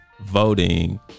voting